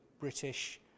British